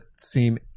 seem